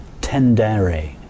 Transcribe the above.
tendere